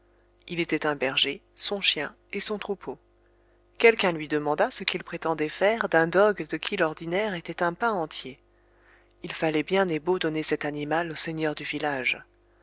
il était un berger son chien et son troupeau quelqu'un lui demanda ce qu'il prétendait faire d'un dogue de qui l'ordinaire était un pain entier il fallait bien et beau donner cet animal au seigneur du village